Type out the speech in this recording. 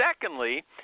secondly